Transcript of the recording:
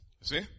See